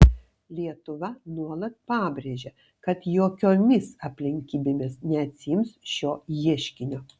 lietuva nuolat pabrėžia kad jokiomis aplinkybėmis neatsiims šio ieškinio